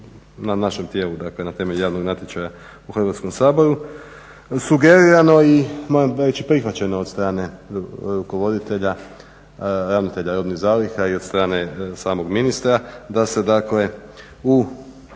na našem tijelu, dakle na temelju javnog natječaja u Hrvatskom saboru sugerirano i moram reći prihvaćeno od strane rukovoditelja, ravnatelja robnih zaliha i od strane samog ministra da se dakle u